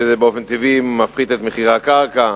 שבאופן טבעי מפחית את מחיר הקרקע,